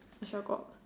I shall go